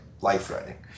life-threatening